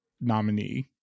nominee